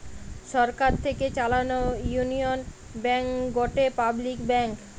সরকার থেকে চালানো union bank গটে পাবলিক ব্যাঙ্ক